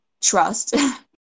trust